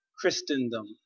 Christendom